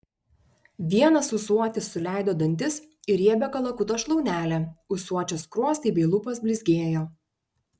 vienas ūsuotis suleido dantis į riebią kalakuto šlaunelę ūsuočio skruostai bei lūpos blizgėjo